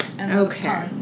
Okay